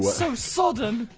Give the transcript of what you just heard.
but so sodden!